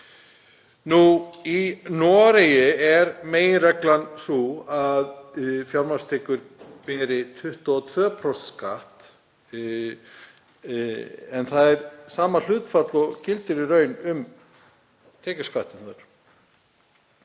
Í Noregi er meginreglan sú að fjármagnstekjur beri 22% skatt en það er sama hlutfall og gildir í raun um tekjuskattinn þar.